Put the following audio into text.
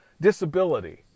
disability